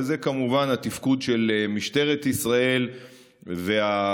וזה כמובן התפקוד של משטרת ישראל והאכיפה,